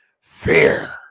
fear